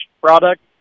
product